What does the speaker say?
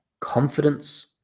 Confidence